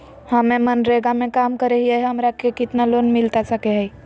हमे मनरेगा में काम करे हियई, हमरा के कितना लोन मिलता सके हई?